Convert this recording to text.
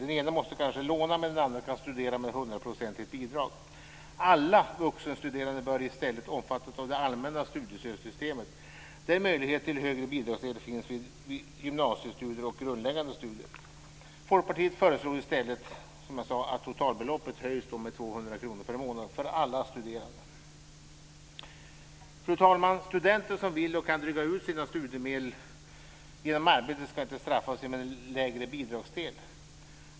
Den ene måste kanske låna, medan den andre kan studera med 100-procentigt bidrag. Alla vuxenstuderande bör i stället omfattas av det allmänna studiestödssystemet, där möjlighet till högre bidragsdel finns vid gymnasiestudier och grundläggande studier. Folkpartiet föreslår i stället att totalbeloppet höjs med 200 kr per månad för alla studerande. Fru talman! Studenter som vill och kan dryga ut sina studiemedel genom arbete ska inte straffas genom en lägre bidragsdel.